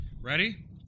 Ready